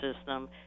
system